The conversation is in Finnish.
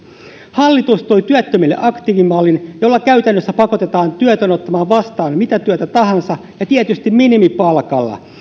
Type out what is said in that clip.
hallitus toi työttömille aktiivimallin jolla käytännössä pakotetaan työtön ottamaan vastaan mitä työtä tahansa ja tietysti minimipalkalla